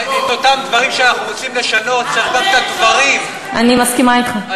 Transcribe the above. אי-אפשר לקדם שינוי,